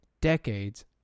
decades